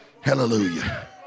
Hallelujah